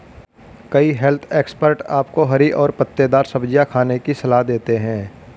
कई health expert आपको हरी और पत्तेदार सब्जियां खाने की सलाह देते हैं